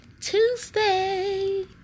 Tuesday